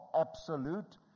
absolute